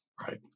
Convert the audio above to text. Right